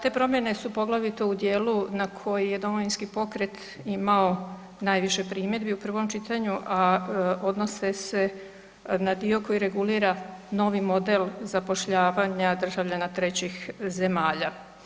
Te promjene su poglavito u djelu na koje je Domovinski pokret imao najviše primjedbi u prvom čitanju a odnose se na dio koji regulira novi model zapošljavanja državljana trećih zemalja.